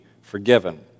forgiven